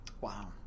Wow